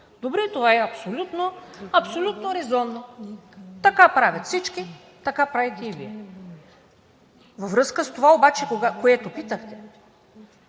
Добре, това е абсолютно резонно – така правят всички, така правите и Вие. Във връзка с това обаче, което питахте